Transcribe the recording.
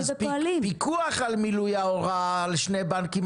ואז קבענו איזשהו רף שהיה 7,500,